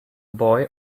boy